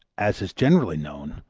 as is generally known,